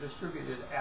distributed